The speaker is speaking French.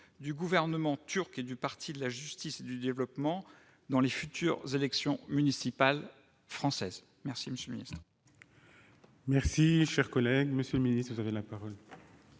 du gouvernement turc et du parti de la justice et du développement dans les futures élections municipales françaises ? La parole est